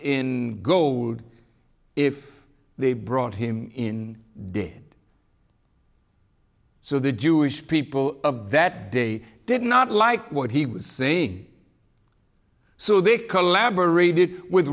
in gold if they brought him in did so the jewish people of that day did not like what he was saying so they collaborated with